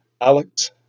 Alex